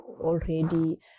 already